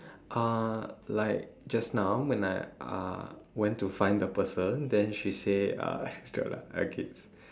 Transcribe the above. uh like just now when I uh went to find the person then she say uh scrap lah I kidding